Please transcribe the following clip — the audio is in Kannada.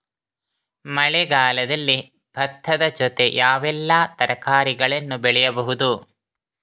ಮಳೆಗಾಲದಲ್ಲಿ ಭತ್ತದ ಜೊತೆ ಯಾವೆಲ್ಲಾ ತರಕಾರಿಗಳನ್ನು ಬೆಳೆಯಬಹುದು?